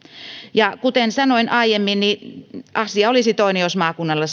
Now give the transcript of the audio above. ja kuten sanoin aiemmin asia olisi toinen jos maakunnalla